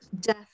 death